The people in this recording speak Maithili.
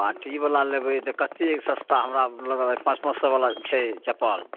पार्टीबला लेबै तऽ कतेक सस्ता हमरा लग पॉँच पॉँच सए बला छै चप्पल